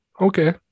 okay